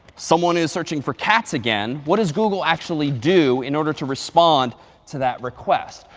someone is searching for cats again. what does google actually do in order to respond to that request?